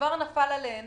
שכבר נפל עליהם.